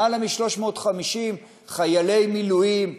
למעלה מ-350 חיילי מילואים,